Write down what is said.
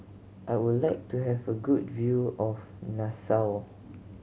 I would like to have a good view of Nassau